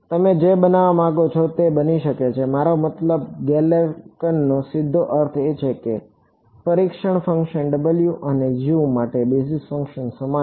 તમે જે બનવા માગો છો તે બની શકે છે મારો મતલબ ગેલરનો સીધો અર્થ એ થઈ શકે છે કે પરીક્ષણ ફંક્શન W અને U માટે બેઝિસ ફંક્શન સમાન છે